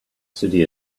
city